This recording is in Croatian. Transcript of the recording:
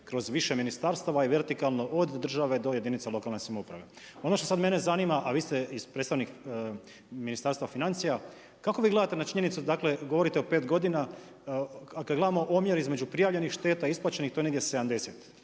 kroz više ministarstava i vertikalno od države do jedinice lokalne samouprave. Ono što sada mene zanima, a vi ste predstavnik Ministarstva financija, kako vi gledate na činjnicu dakle, govorite o 5 g. a kada gledate omjer između prijavljenih šteta i isplaćenih, to je negdje 70,